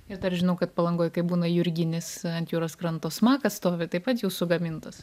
ir dar žinau kad palangoj kai būna jurginės ant jūros kranto smakas stovi taip pat jūsų gamintas